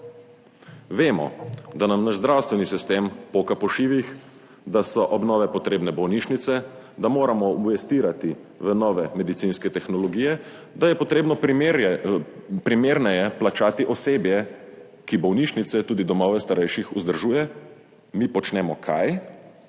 Vemo, da nam naš zdravstveni sistem poka po šivih, da so obnove potrebne bolnišnice, da moramo investirati v nove medicinske tehnologije, da je potrebno primerneje plačati osebje, ki bolnišnice, tudi domove starejših vzdržuje. Mi počnemo kaj?